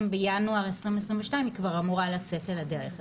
בינואר 2022 היא כבר אמורה לצאת לדרך,